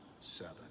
seven